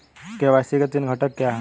KYC के तीन घटक क्या हैं?